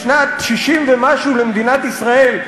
בשנת 60 ומשהו למדינת ישראל,